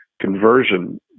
conversion